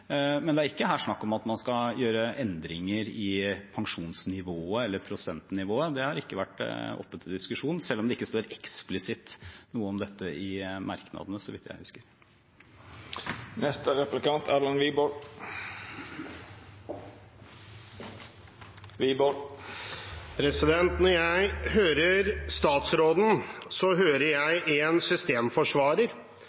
men det er ikke her snakk om at man skal gjøre endringer i pensjonsnivået eller prosentnivået. Det har ikke vært oppe til diskusjon, selv om det ikke står noe eksplisitt om dette i merknadene, så vidt jeg husker.